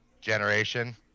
generation